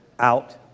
out